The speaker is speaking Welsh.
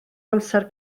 amser